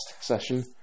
session